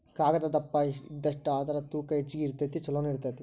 ಕಾಗದಾ ದಪ್ಪ ಇದ್ದಷ್ಟ ಅದರ ತೂಕಾ ಹೆಚಗಿ ಇರತತಿ ಚುಲೊನು ಇರತತಿ